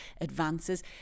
advances